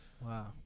Wow